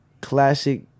classic